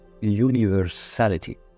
universality